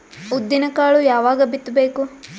ಉದ್ದಿನಕಾಳು ಯಾವಾಗ ಬಿತ್ತು ಬೇಕು?